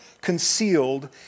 concealed